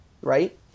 right